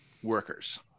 Workers